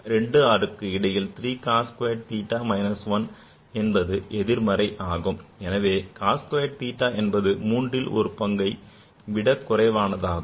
26க்கு இடையில் 3 cos squared theta minus 1 என்பது எதிர்மறை ஆகும் ஏனெனில் cos squared theta என்பது ஒன்றில் மூன்று பங்கை விட குறைவானதாகும்